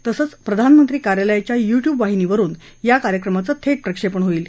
तसंच प्रधानमंत्री कार्यालयाच्या युट्यूब वाहिनीवरून या कार्यक्रमाचं थेट प्रक्षेपण होईल